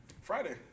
Friday